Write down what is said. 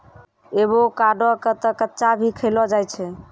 avocado क तॅ कच्चा भी खैलो जाय छै